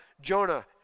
Jonah